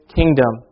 kingdom